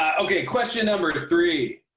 ah okay. question number three.